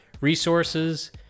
resources